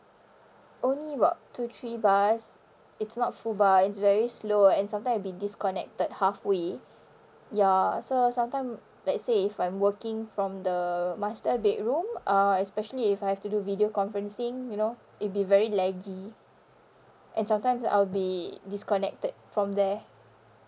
only about two three bars it's not full bar it's very slow and sometimes it'd be disconnected halfway ya so sometimes let's say if I'm working from the master bedroom uh especially if I have to do video conferencing you know it'd be very laggy and sometimes I'll be disconnected from there